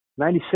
96